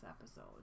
episode